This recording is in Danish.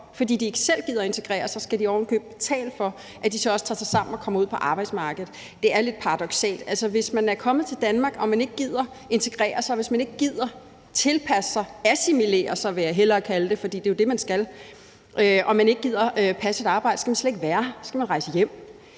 fordi de ikke selv gider integrere sig – skal betale for, at de mennesker så også tager sig sammen og kommer ud på arbejdsmarkedet. Det er lidt paradoksalt. Altså, hvis man er kommet til Danmark og ikke gider integrere sig, hvis man ikke gider tilpasse sig – assimilere sig vil jeg hellere kalde det, for det er jo det, man skal – og man ikke gider passe et arbejde, skal man slet ikke være her. Så skal man rejse hjem.